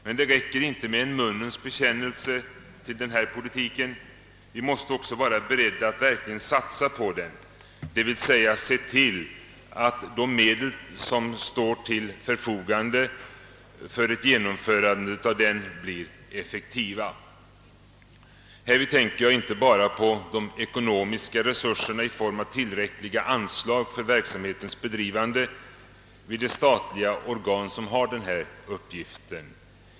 Men det räcker inte med en munnens bekännelse till denna politik — vi måste också vara beredda att verkligen satsa på den, d. v. s. se till att de medel som står till förfogande för genomförande av den blir effektiva. Härvid tänker jag inte bara på de ekonomiska resurserna i form av tillräckliga anslag för verksamhetens bedrivande vid de statliga organ, som har att sköta denna uppgift.